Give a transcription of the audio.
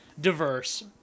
Diverse